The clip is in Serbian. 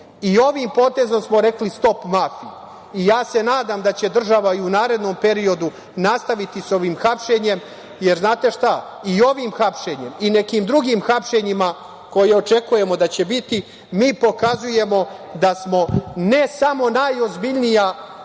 njima. Ovim potezom smo rekli stop mafiji i ja se nadam da će država i u narednom periodu nastaviti sa ovim hapšenjem, jer znate šta? I ovim hapšenjem i nekim drugim hapšenjima koje očekujemo da će biti, mi pokazujemo da smo ne samo najozbiljnija